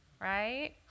right